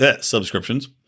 subscriptions